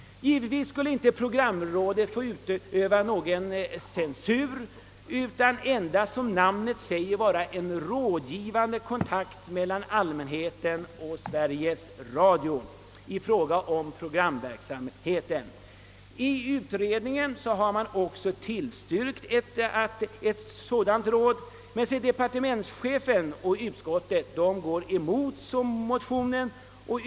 Givetvis skulle detta råd inte få utöva någon censur. Som namnet anger skulle det bara vara fråga om en rådgivande kontakt. Utredningen har tillstyrkt ett liknande förslag, men departementschefen och utskottet har gått emot motionen.